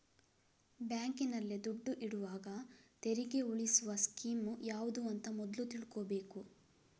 ಬ್ಯಾಂಕಿನಲ್ಲಿ ದುಡ್ಡು ಇಡುವಾಗ ತೆರಿಗೆ ಉಳಿಸುವ ಸ್ಕೀಮ್ ಯಾವ್ದು ಅಂತ ಮೊದ್ಲು ತಿಳ್ಕೊಬೇಕು